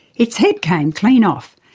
its head came clean off,